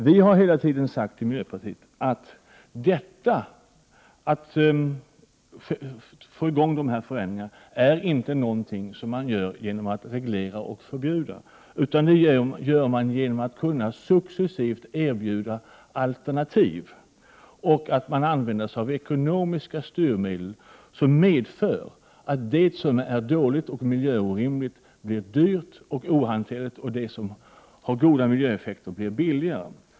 Vi i miljöpartiet har hela tiden sagt att man inte får i gång dessa förändringar genom att reglera och förbjuda, utan det får man genom att man successivt kan erbjuda alternativ och genom ekonomiska styrmedel, som medför att det som är dåligt och miljöorimligt blir dyrt och ohanterligt och det som har goda miljöeffekter blir billigare.